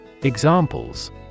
Examples